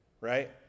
right